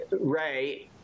Ray